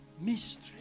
Mystery